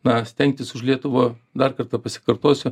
na stengtis už lietuvą dar kartą pasikartosiu